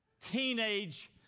teenage